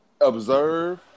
observe